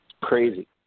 Crazy